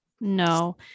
No